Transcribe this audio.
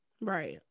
Right